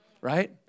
right